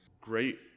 great